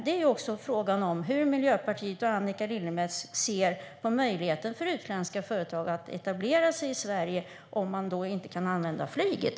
Det är frågan hur Miljöpartiet och Annika Lillemets ser på möjligheten för utländska företag att etablera sig i Sverige om de inte kan använda flyget.